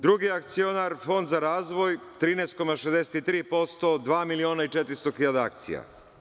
Drugi akcionar Fond za razvoj 13,63%, 2 miliona i 400.000 akcija.